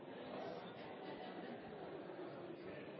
har